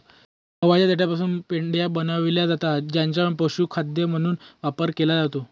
गव्हाच्या देठापासून पेंढ्या बनविल्या जातात ज्यांचा पशुखाद्य म्हणून वापर केला जातो